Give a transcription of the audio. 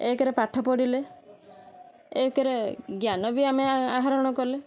ଏକରେ ପାଠ ପଢ଼ିଲେ ଏକରେ ଜ୍ଞାନ ବି ଆମେ ଆହରଣ କଲେ